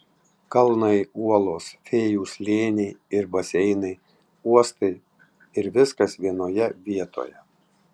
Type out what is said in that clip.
kalnai uolos fėjų slėniai ir baseinai uostai ir viskas vienoje vietoje